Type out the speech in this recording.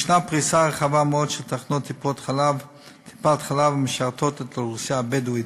יש פריסה רחבה מאוד של תחנות טיפת-חלב המשרתות את האוכלוסייה הבדואית.